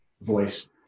voice